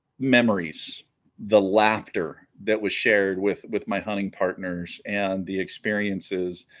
memories the laughter that was shared with with my hunting partners and the experiences